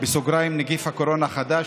(נגיף הקורונה החדש,